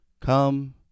Come